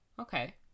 Okay